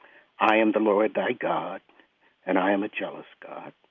i am the lord thy god and i am a jealous god.